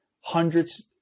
hundreds